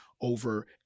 over